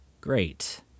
Great